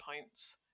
points